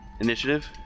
Initiative